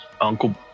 Uncle